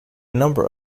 number